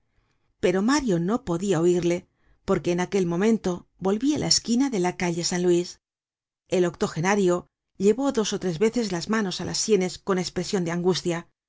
pero mario ya no podia oirle porque en aquel momento volvia la esquina de la calle de san luis el octogenario llevó dos ó tres veces las manos á las sienes con espresion de angustia